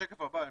השקף הבא.